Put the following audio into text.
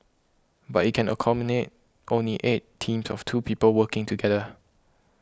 but it can accommodate only eight teams of two people working together